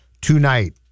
tonight